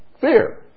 fear